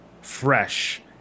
fresh